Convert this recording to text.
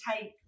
take